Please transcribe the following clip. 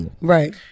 right